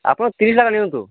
ଆପଣ ତିରିଶ ଟାଙ୍କା ନିଅନ୍ତୁ